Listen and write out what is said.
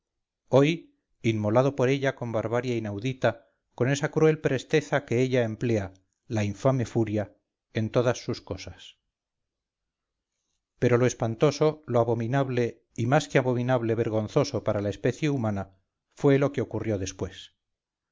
hoy inmolado por ella con barbarie inaudita con esa cruel presteza que ella emplea la infame furia en todas sus cosas pero lo espantoso lo abominable y más que abominable vergonzoso para la especie humana fue lo que ocurrió después